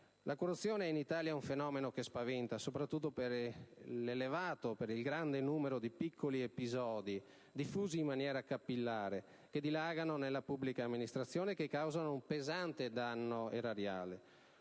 La corruzione è in Italia un fenomeno che spaventa, soprattutto per il gran numero di piccoli episodi, diffusi in maniera capillare, che dilagano nella pubblica amministrazione e che causano un pesante danno erariale,